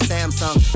Samsung